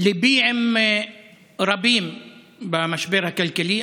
ליבי עם רבים במשבר הכלכלי,